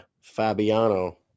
Fabiano